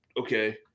okay